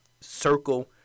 circle